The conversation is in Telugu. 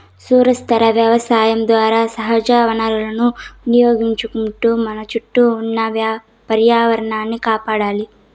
సుస్థిర వ్యవసాయం ద్వారా సహజ వనరులను వినియోగించుకుంటూ మన చుట్టూ ఉన్న పర్యావరణాన్ని కాపాడాలి